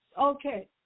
Okay